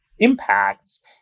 Impacts